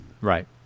right